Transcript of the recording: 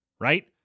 right